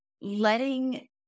letting